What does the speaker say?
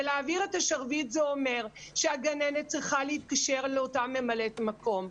ולהעביר את השרביט זה אומר שהגננת צריכה להתקשר לאותה ממלאת מקום,